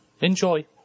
Enjoy